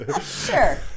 Sure